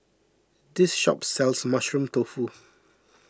this shop sells Mushroom Tofu